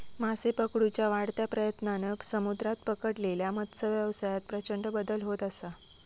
मासे पकडुच्या वाढत्या प्रयत्नांन समुद्रात पकडलेल्या मत्सव्यवसायात प्रचंड बदल होत असा